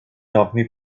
ofni